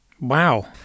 Wow